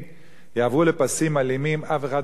אף אחד מאתנו לא יוכל לחיות בארץ הזאת.